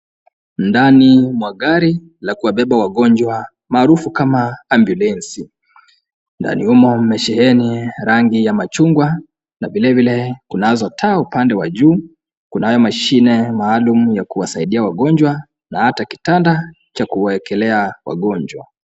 Ndani kwa magari la kuwabeba wagonjwa, maarufu kama ambulensi. Na nyuma mmesheheni rangi ya machungwa, na vile vile kunazo taa upande wa juu. Kunayo mashine maalum ya kuwasaidia wagonjwa, na hata kitanda cha kuwekelea wagonjwa.